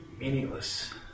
meaningless